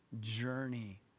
journey